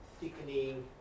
thickening